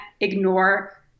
ignore